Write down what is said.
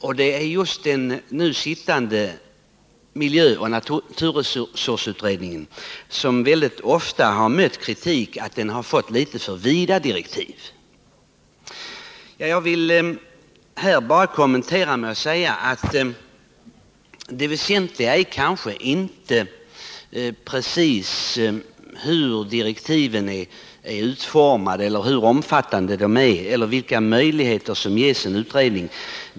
Den bygger nämligen på den kritik som ofta har framförts mot att den nu sittande miljöoch naturresursutredningen har fått litet för vida direktiv. Jag vill till detta bara göra den kommentaren att det väsentliga kanske inte är den exakta utformningen av direktiven i vad gäller utredningsuppdragets omfattning eller de möjligheter som utredningen ges.